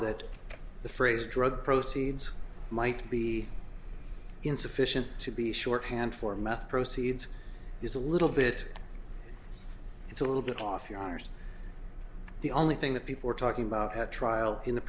that the phrase drug proceeds might be insufficient to be shorthand for meth proceeds is a little bit it's a little bit off your honour's the only thing that people are talking about at trial in the